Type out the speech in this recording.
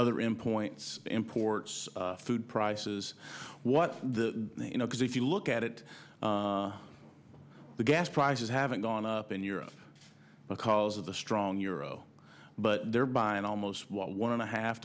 other in points imports food prices what the you know because if you look at it the gas prices haven't gone up in europe because of the strong euro but they're buying almost one and a half